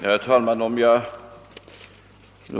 Herr talman!